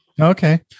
Okay